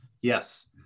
Yes